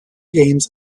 games